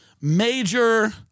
major